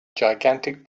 gigantic